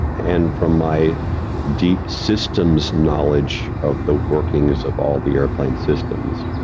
and from my deep systems knowledge of the workings of all the airplane systems,